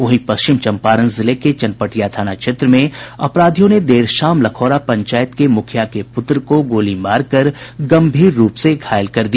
वहीं पश्चिम चम्पारण जिले के चनपटिया थाना क्षेत्र में अपराधियों ने देर शाम लखौरा पंचायत के मुखिया के पुत्र को गोली मारकर गम्भीर रूप से घायल कर दिया